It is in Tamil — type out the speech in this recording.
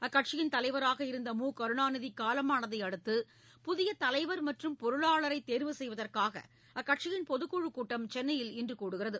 அக்கட்சியின் தலைவராக இருந்த மு கருணாநிதி காலமானதையடுத்து புதிய தலைவர் மற்றும் தேர்வு செய்வதற்காக அக்கட்சியின் பொதுக் குழுக் கூட்டம் சென்னையில் இன்று பொருளாளரை கூடுகிறது